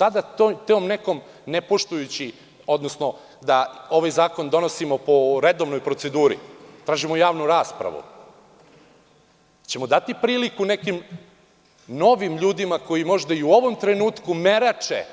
Kada bi ovaj zakon donosili po redovnoj proceduri, da tražimo javnu raspravu, da li ćemo dati priliku nekim novim ljudima koji možda i u ovom trenutku merače